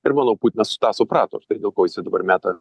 ir manau putinas tą suprato štai dėl ko jisai dabar meta